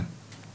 כן.